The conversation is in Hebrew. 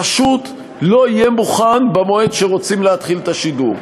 פשוט לא יהיה מוכן במועד שרוצים להתחיל את השידור.